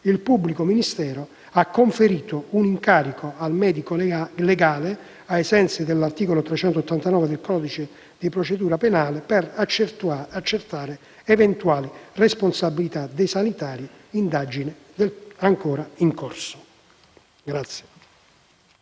il pubblico ministero ha conferito incarico al medico legale, ai sensi dell'articolo 389 codice di procedura penale, di accertare eventuali responsabilità dei sanitari. L'indagine è ancora in corso.